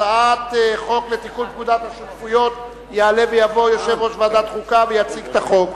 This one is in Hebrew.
הצעת חוק לתיקון פקודת השותפויות (מס' 4). יעלה ויבוא יושב-ראש ועדת חוקה ויציג את החוק.